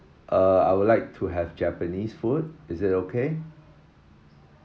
uh I would like to have japanese food is it okay